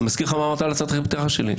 מזכיר לך מה אמרת על הצהרת הפתיחה שלי,